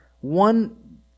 one